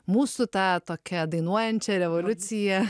mūsų ta tokia dainuojančia revoliucija